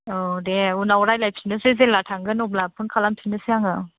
औ दे उनाव रायलायफिननोसै जेब्ला थाङो अब्ला फन खालामफिननोसै आङो